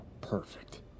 Perfect